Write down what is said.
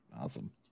Awesome